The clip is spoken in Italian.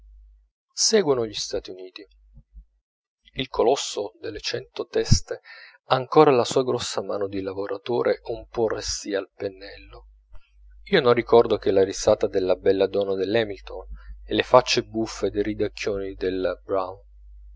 seguono gli stati uniti il colosso dalle cento teste ha ancora la sua grossa mano di lavoratore un po restìa al pennello io non ricordo che la risata della bella donna dell'hamilton e le faccie buffe dei ridacchioni del brown